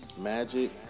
Magic